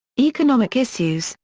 economic issues,